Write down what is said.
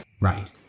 Right